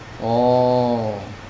oh